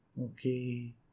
Okay